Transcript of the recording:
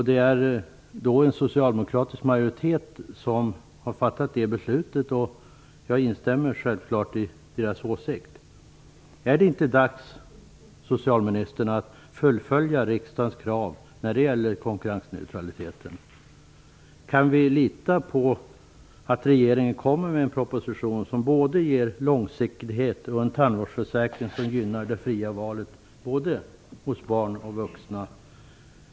Det är då en socialdemokratisk majoritet som har fattat det beslutet, och jag instämmer självfallet i den åsikten. Är det inte dags att uppfylla riksdagens krav när det gäller konkurrensneutraliteten? Kan vi lita på att regeringen kommer med en proposition som ger både långsiktighet och en tandvårdsförsäkring som gynnar det fria valet hos såväl barn som vuxna?